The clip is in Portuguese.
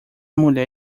mulher